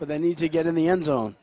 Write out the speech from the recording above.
but they need to get in the end zone